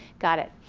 got it.